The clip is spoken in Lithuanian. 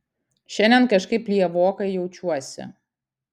šiandien kažkaip lievokai jaučiuosi